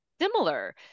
similar